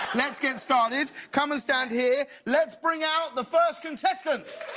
let's get started, come and stand here. let's bring out the first contestant.